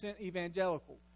evangelical